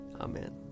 Amen